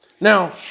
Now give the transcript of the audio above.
Now